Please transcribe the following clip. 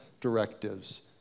directives